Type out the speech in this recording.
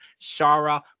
Shara